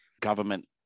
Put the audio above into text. government